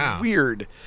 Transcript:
weird